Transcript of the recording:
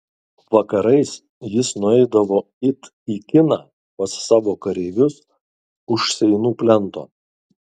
vakarais jis nueidavo it į kiną pas savo kareivius už seinų plento